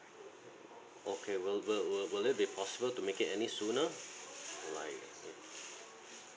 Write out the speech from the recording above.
okay will will will will it be possible to make it any sooner